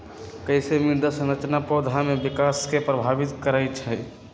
कईसे मृदा संरचना पौधा में विकास के प्रभावित करई छई?